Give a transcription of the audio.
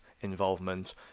involvement